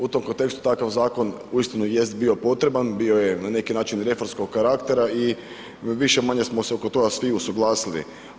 U tom kontekstu takav zakon uistinu jest bio potreban bio je na neki način reformskog karaktera i više-manje smo se oko toga svi usuglasili.